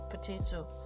potato